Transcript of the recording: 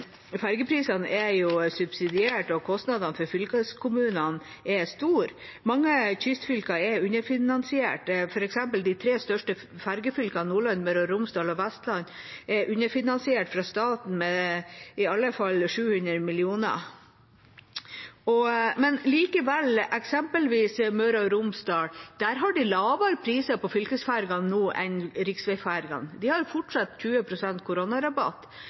Ferjeprisene er jo subsidiert, og kostnadene til fylkeskommunene er store. Mange kystfylker er underfinansiert. For eksempel er de tre største ferjefylkene, Nordland, Møre og Romsdal og Vestland, underfinansiert fra staten med i alle fall 700 mill. kr. Likevel har eksempelvis Møre og Romsdal lavere priser på fylkesferjene enn riksveiferjene. De har fortsatt 20 pst. koronarabatt.